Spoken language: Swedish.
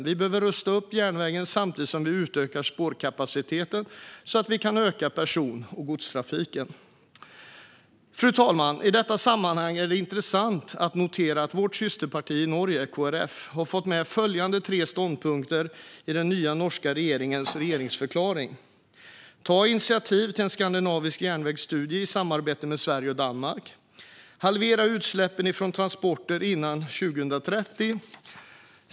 Vi behöver rusta upp järnvägen samtidigt som vi utökar spårkapaciteten så att vi kan öka person och godstrafiken. Fru talman! I detta sammanhang är det intressant att notera att vårt systerparti i Norge, KRF, har fått med följande tre ståndpunkter i den nya norska regeringens regeringsförklaring: Ta initiativ till en skandinavisk järnvägsstudie i samarbete med Sverige och Danmark. Halvera utsläppen från transporter innan 2030.